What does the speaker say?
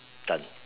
done